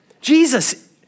Jesus